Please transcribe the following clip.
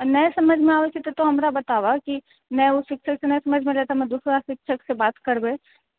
आ नहि समैझमे आबै छै तऽ तोँ हमरा बताबऽ कि नहि ओ शिक्षक से नहि समैझमे अयलै तऽ हमे दूसरा शिक्षक से बात करबै